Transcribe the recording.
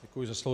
Děkuji za slovo.